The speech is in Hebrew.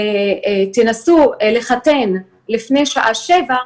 תנסו לחתן לפני שעה שבע,